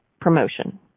promotion